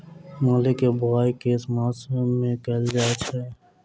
मूली केँ बोआई केँ मास मे कैल जाएँ छैय?